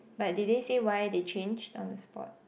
but did they say why they changed on the spot